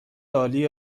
عالی